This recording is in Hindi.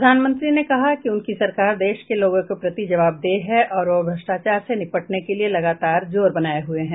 प्रधानमंत्री ने कहा कि उनकी सरकार देश के लोगों के प्रति जवाबदेह है और वो भ्रष्टाचार से निपटने के लिए लगातार जोर बनाए हुए है